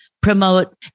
promote